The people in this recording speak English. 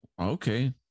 okay